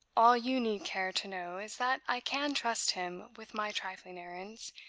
all you need care to know is that i can trust him with my trifling errands,